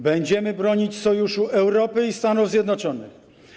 Będziemy bronić sojuszu Europy i Stanów Zjednoczonych.